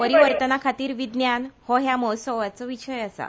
परिवर्तना खातीर विज्ञान हो ह्या महोत्सवाचो विशय आसा